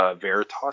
Veritas